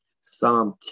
Psalm